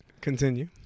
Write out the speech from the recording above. continue